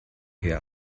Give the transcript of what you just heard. her